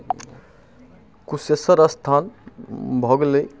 कुशेश्वर स्थान भऽ गेलै